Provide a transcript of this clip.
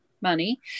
money